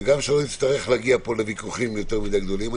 וגם שלא נצטרך להגיע פה לוויכוחים יותר מדי גדולים,